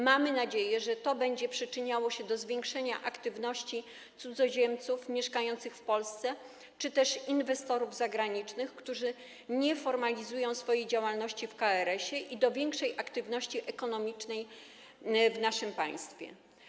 Mamy nadzieję, że to będzie przyczyniało się do zwiększenia aktywności cudzoziemców mieszkających w Polsce czy też inwestorów zagranicznych, którzy nie formalizują swojej działalności w KRS-ie, i do większej aktywności ekonomicznej w naszym państwie.